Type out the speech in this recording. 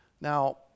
Now